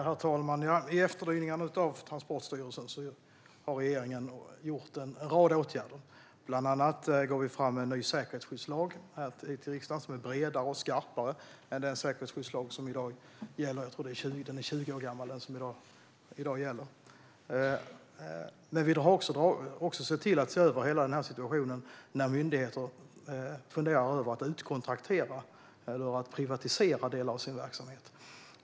Herr talman! I efterdyningarna av händelserna i Transportstyrelsen har regeringen vidtagit en rad åtgärder. Bland annat går vi fram med ett förslag om en ny säkerhetsskyddslag till riksdagen. Den är bredare och skarpare än den säkerhetsskyddslag som gäller i dag. Jag tror att den som gäller i dag är 20 år gammal. Men vi ser också över hela situationen när myndigheter funderar över att utkontraktera eller privatisera delar av sin verksamhet.